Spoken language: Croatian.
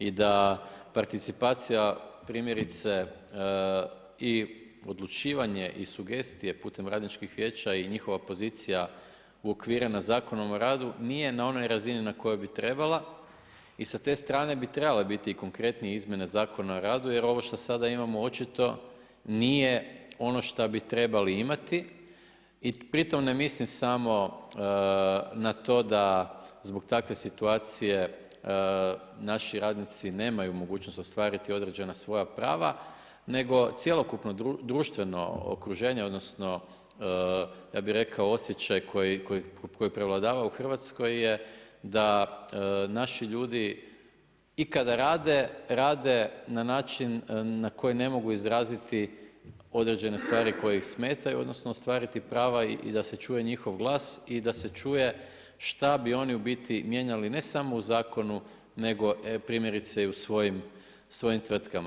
I da participacija primjerice i odlučivanje i sugestije putem Radničkih vijeća i njihova pozicija uokvirena Zakonom o radu nije na onoj razini na kojoj bi trebala I sa te strane bi trebale biti i konkretnije izmjene Zakona o radu jer ovo što sada imamo očito nije ono što bi trebali imati i pritom ne mislim samo na to da zbog takve situacije naši radnici nemaju mogućnost ostvariti određena svoja prava, nego cjelokupno društveno okruženje odnosno ja bih rekao osjećaj koji prevladava u Hrvatskoj da naši ljudi i kada rade, rade na način na koji ne mogu izraziti određene stvari koje ih smetaju, odnosno ostvariti prava i da se čuje njihov glas i da se čuje šta bi oni u biti mijenjali ne samo u zakonu, nego primjerice i u svojim tvrtkama.